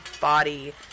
body